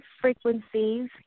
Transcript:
frequencies